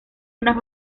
una